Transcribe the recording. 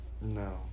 No